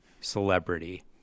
celebrity